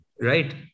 Right